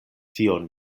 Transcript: tion